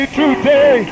today